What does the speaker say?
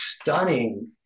stunning